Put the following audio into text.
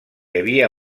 havia